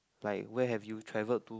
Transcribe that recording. like where have you traveled to